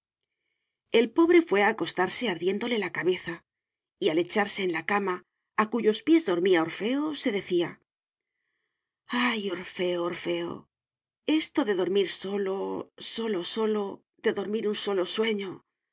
el pobre fué a acostarse ardiéndole la cabeza y al echarse en la cama a cuyos pies dormía orfeo se decía ay orfeo orfeo esto de dormir solo solo solo de dormir un solo sueño